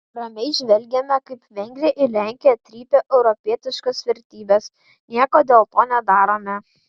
ramiai žvelgiame kaip vengrija ir lenkija trypia europietiškas vertybes nieko dėl to nedarome